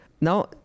now